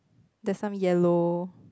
there is some yellow